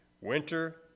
winter